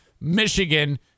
Michigan